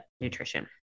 Nutrition